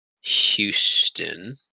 Houston